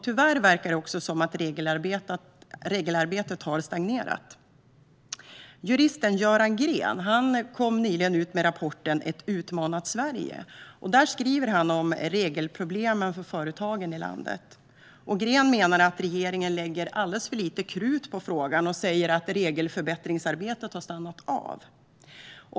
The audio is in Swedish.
Tyvärr verkar det också som att regelarbetet har stagnerat. Juristen Göran Grén kom nyligen ut med rapporten Ett utmanat Sverige . Där skriver han om regelproblemen för företagen i landet. Grén menar att regeringen lägger alldeles för lite krut på frågan och säger att regelförbättringsarbetet har stannat av.